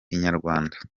inyarwanda